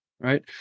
Right